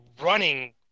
running